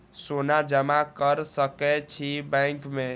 सोना जमा कर सके छी बैंक में?